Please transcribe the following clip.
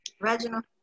Reginald